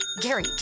Gary